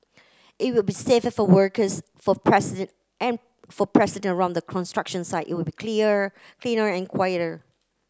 it will be safer for workers for president and for president round the construction site it will be clear cleaner and quieter